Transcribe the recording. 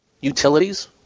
Utilities